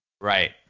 Right